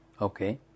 Okay